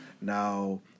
now